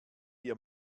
ihr